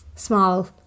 small